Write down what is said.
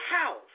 house